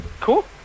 Cool